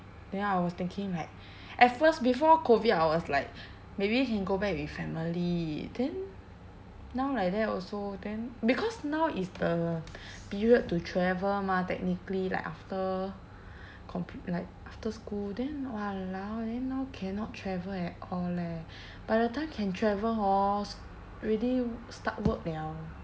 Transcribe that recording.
then I was thinking like at first before COVID I was like maybe can go back with family then now like that also then because now is the period to travel mah technically like after compl~ like after school then !walao! then now cannot travel at all leh by the time can travel hor sch~ already start work liao